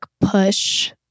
push